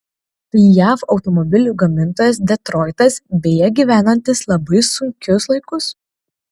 tai jav automobilių gamintojas detroitas beje gyvenantis labai sunkius laikus